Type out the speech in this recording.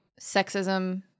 sexism